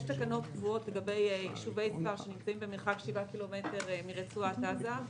יש תקנות קבועות לגבי יישובי ספר שנמצאים במרחק 7 קילומטרים מרצועת עזה.